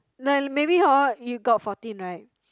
like maybe hor you got fourteen right